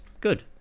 good